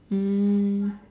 um